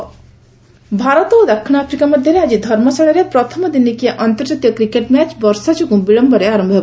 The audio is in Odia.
କ୍ରିକେଟ୍ ଭାରତ ଓ ଦକ୍ଷିଣ ଆଫ୍ରିକା ମଧ୍ୟରେ ଆଜି ଧର୍ମଶାଳାଠାରେ ପ୍ରଥମ ଦିନିକିଆ ଆନ୍ତର୍ଜାତୀୟ କ୍ରିକେଟ୍ ମ୍ୟାଚ୍ ବର୍ଷା ଯୋଗୁଁ ବିଳମ୍ଘରେ ଆରମ୍ଭ ହେବ